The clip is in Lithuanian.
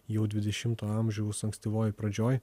jau dvidešimto amžiaus ankstyvoj pradžioj